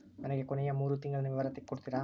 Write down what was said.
ನನಗ ಕೊನೆಯ ಮೂರು ತಿಂಗಳಿನ ವಿವರ ತಕ್ಕೊಡ್ತೇರಾ?